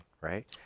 right